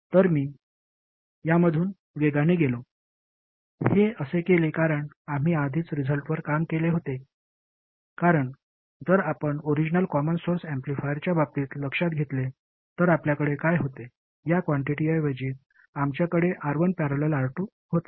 तर मी यामधून वेगाने गेलो हे असे केले कारण आम्ही आधीच रिझल्टवर काम केले होते कारण जर आपण ओरिजिनल कॉमन सोर्स ऍम्प्लिफायरच्या बाबतीत लक्षात घेतले तर आपल्याकडे काय होते या क्वांटिटि ऐवजी आमच्याकडे R1 ।। R2 होते